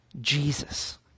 Jesus